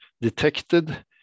detected